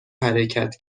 حرکت